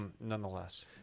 nonetheless